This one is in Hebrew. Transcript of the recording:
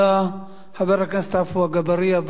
חבר הכנסת עפו אגבאריה, בבקשה.